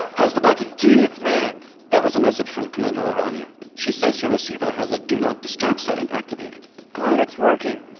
how's the buggy? jeez man that was a message from commander o'rania. she says your receiver has a do not disturb setting activated glad it's working